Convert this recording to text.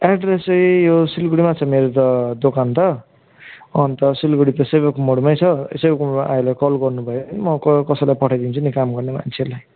address चाहिँ यो सिलगढीमा छ मेरो त दोकान त अन्त सिलगढीको सेभोक मोडमै छ सेभोक मोडमा आएर कल गर्नु भयो भने म कसैलाई पठाइदिन्छु नि काम गर्ने मान्छेलाई